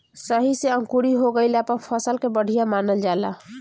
सही से अंकुरी हो गइला पर फसल के बढ़िया मानल जाला